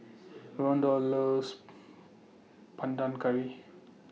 Rondal loves Panang Curry